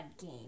game